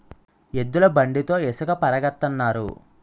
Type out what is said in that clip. ఎద్దుల బండితో ఇసక పెరగతన్నారు